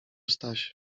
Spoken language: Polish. staś